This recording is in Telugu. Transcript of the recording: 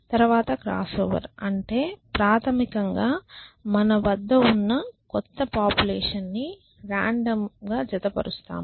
తర్వాత క్రాస్ఓవర్ అంటే ప్రాథమికంగా మన వద్ద ఉన్న క్రొత్త పాపులేషన్ ని రాండమ్ గా జత పరుస్తాము